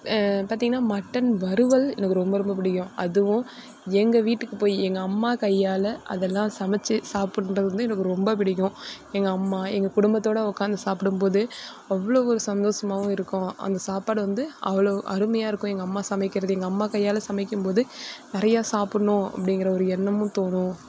பார்த்திங்கனா மட்டன் வறுவல் எனக்கு ரொம்ப ரொம்ப பிடிக்கும் அதுவும் எங்கள் வீட்டுக்கு போய் எங்கள் அம்மா கையால் அதெல்லாம் சமைச்சி சாப்புடறது வந்து எனக்கு ரொம்ப பிடிக்கும் எங்கள் அம்மா எங்கள் குடும்பத்தோடு உக்காந்து சாப்பிடும்போது அவ்வளோ ஒரு சந்தோஷமாவும் இருக்கும் அங்கே சாப்பாடு வந்து அவ்வளோ அருமையா இருக்கும் எங்கள் அம்மா சமைக்கிறது எங்கள் அம்மா கையால் சமைக்கும்போது நிறையா சாப்புடணும் அப்படிங்கிற ஒரு எண்ணமும் தோணும்